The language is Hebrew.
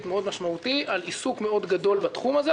מאוד משמעותי על עיסוק מאוד גדול בתחום הזה.